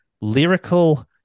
Lyrical